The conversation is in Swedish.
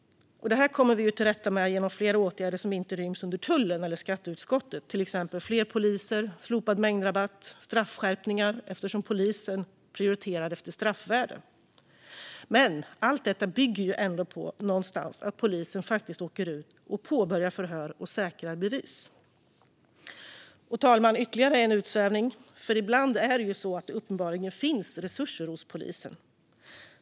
Det här kommer vi till rätta med genom flera åtgärder som inte ryms under tullen eller skatteutskottet, till exempel fler poliser, slopad mängdrabatt och straffskärpningar eftersom polisen prioriterar efter straffvärdet. Men allt detta bygger ändå på att polisen faktiskt åker ut och påbörjar förhör och säkrar bevis. Fru talman! Jag gör ytterligare en utvikning, för ibland finns det uppenbarligen resurser hos polisen.